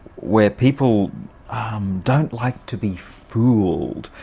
where people don't like to be fooled.